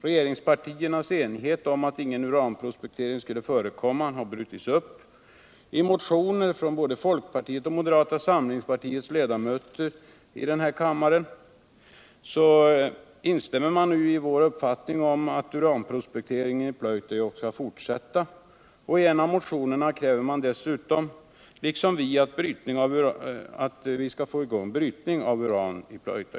Regeringspartiernas enighet om att ingen uranprospektering skulle förekomma, har brutits upp. I motioner från såvil folkpartiets som moderata samlingspartiets ledamöter i den här kammaren instämmer man nu i vår uppfattning att uranprospekteringen i Pleutajokk skall fortsätta, och i en av motionerna kräver man dessutom, liksom vi. att det skall sättas i gång brytning av uran i Pleutajokk.